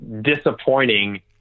disappointing